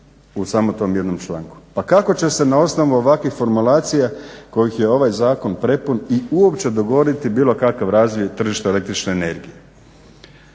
u samo tom jednom članku. Pa kako će se na osnovu ovakvih formulacija kojih je ovaj Zakon prepun i uopće dogovoriti bilo kakav razvoj tržišta električne energije.